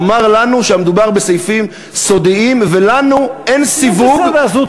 אמר לנו שהמדובר בסעיפים סודיים ולנו אין סיווג,